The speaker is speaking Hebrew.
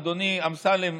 אדוני אמסלם,